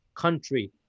country